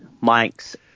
Mike's